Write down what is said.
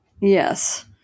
Yes